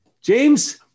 James